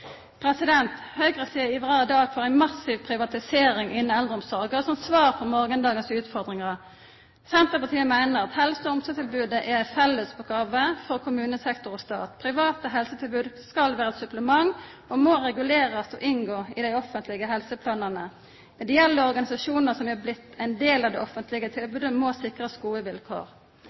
dag for ei massiv privatisering innan eldreomsorga som svar på morgondagens utfordringar. Senterpartiet meiner at helse- og omsorgstilbodet er ei fellesoppgåve for kommunesektor og stat. Private helsetilbod skal vera eit supplement og må regulerast og inngå i dei offentlege helseplanane. Ideelle organisasjonar som er blitt ein del av det offentlege tilbodet, må sikrast gode vilkår.